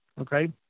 okay